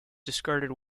discarded